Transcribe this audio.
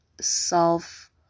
self